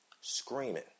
Screaming